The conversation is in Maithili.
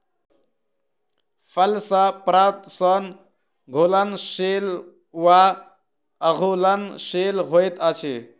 फल सॅ प्राप्त सोन घुलनशील वा अघुलनशील होइत अछि